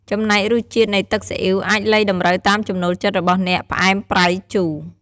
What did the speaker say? ចំណែករសជាតិនៃទឹកស៊ីអុីវ អាចលៃតម្រូវតាមចំណូលចិត្តរបស់អ្នក ផ្អែម ប្រៃ ជូរ។